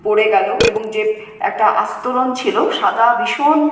পড়ে গেলো এবং যে একটা আস্তরন ছিল সাদা ভীষণ